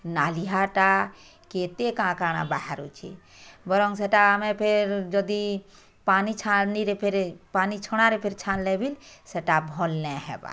ନାଲିହାଟା କେତେ କାଣା କାଣା ବାହାରୁଚି ବରଂ ସେଟା ଆମେ ଫେର୍ ଯଦି ପାନି ଛାନିରେ ଫେରେ ପାଣି ଛଣାରେ ଫେରେ ଛାନ୍ଲେ ବି ସେଟା ଭଲ୍ ନାଇ ହେବା